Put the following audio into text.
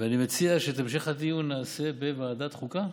ואני מציע שאת המשך הדיון נעשה, בוועדת החוקה?